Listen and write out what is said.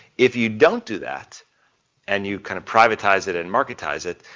if you don't do, that and you kind of privatize it and marketize it,